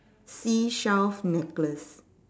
seashell necklace